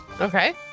Okay